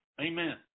Amen